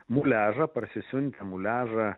muliažą parsisiuntę muliažą